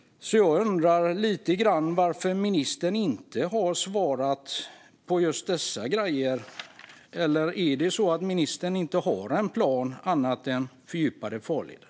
Så jag undrar lite varför ministern inte har svarat när det gäller just dessa grejer. Eller är det så att ministern inte har någon plan utöver fördjupade farleder?